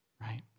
right